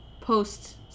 post